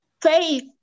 Faith